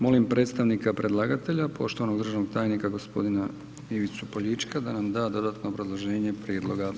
Molim predstavnika predlagatelja, poštovanog državnog tajnika, g. Ivicu Poljička da nam da dodatno obrazloženje prijedloga.